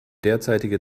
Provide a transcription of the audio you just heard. derzeitige